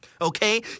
Okay